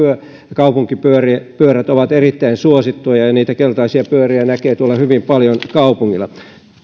kaupunkipyörät ovat erittäin suosittuja ja ja niitä keltaisia pyöriä näkee hyvin paljon tuolla kaupungilla